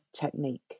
technique